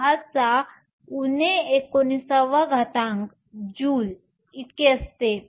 6 x 10 19 joule असते